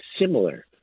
similar